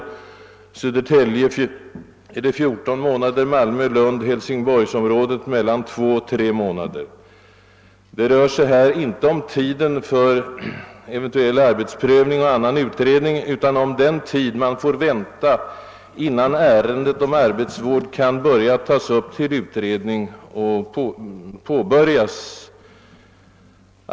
I Södertälje är den genomsnittliga väntetiden fjorton månader och i Malmö-—Lund—Hälsingborgsområdet mellan två och tre månader. Dessa uppgifter avser inte tiden för eventuell arbetsprövning och annan utredning, utan den tid man får vänta, innan arbetsvårdsärendet kan tas upp till utredning och alltså verkligen börja behandlas.